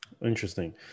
interesting